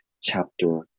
chapter